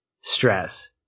stress